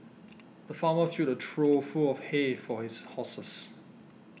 the farmer filled a trough full of hay for his horses